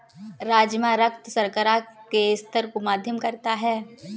राजमा रक्त शर्करा के स्तर को मध्यम करता है